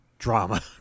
Drama